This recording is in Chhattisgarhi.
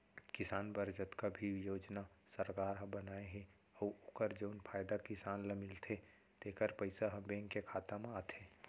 किसान बर जतका भी योजना सरकार ह बनाए हे अउ ओकर जउन फायदा किसान ल मिलथे तेकर पइसा ह बेंक के खाता म आथे